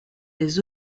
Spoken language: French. des